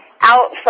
out